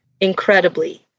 incredibly